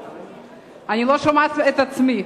אני לא שומעת את עצמי.